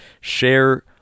share